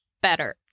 better